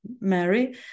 Mary